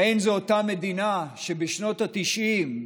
האין זו אותה מדינה שבשנות התשעים,